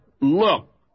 look